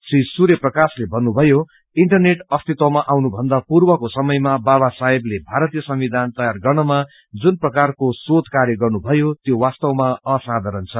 श्री सूर्य प्रकाशले भन्नुभयो इन्टरनेट अस्तित्पवमा आउनु भन्दा पूर्वको समयामा बाबा साहेबले भारतीय संविधान तैयार गर्नमा जुन प्रकारको सोध कार्य गर्नुभयो त्यो वास्तवमा असाधाारण छ